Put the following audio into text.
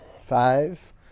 Five